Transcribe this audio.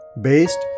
based